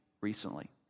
recently